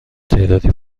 تعدادی